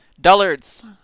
dullards